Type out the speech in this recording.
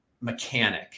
mechanic